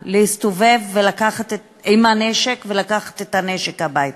להסתובב עם הנשק ולקחת את הנשק הביתה.